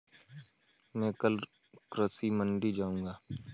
मैं कल कृषि मंडी जाऊँगा